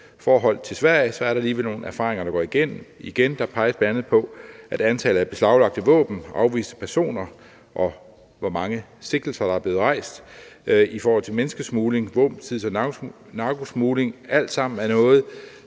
i forhold til Sverige, er der alligevel nogle erfaringer, der går igen. Der peges bl.a. på antallet af beslaglagte våben, antallet af afviste personer, og hvor mange sigtelser, der er blevet rejst, i forhold til menneskesmugling, våbenbesiddelse og narkosmugling, og alt sammen er det